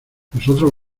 nosotros